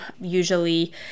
usually